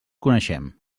coneixem